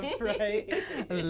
right